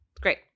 Great